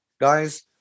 guys